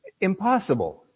Impossible